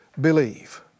believe